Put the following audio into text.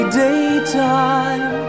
daytime